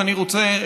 אני רוצה,